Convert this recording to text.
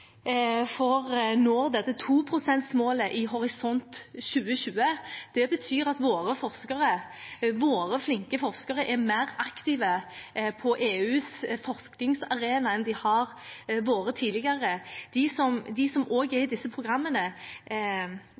i Horisont 2020. Det betyr at våre forskere, våre flinke forskere, er mer aktive på EUs forskningsarena enn de har vært tidligere. De som også er i disse programmene,